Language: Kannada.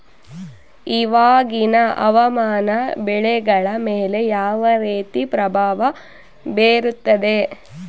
ಇವಾಗಿನ ಹವಾಮಾನ ಬೆಳೆಗಳ ಮೇಲೆ ಯಾವ ರೇತಿ ಪ್ರಭಾವ ಬೇರುತ್ತದೆ?